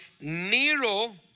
Nero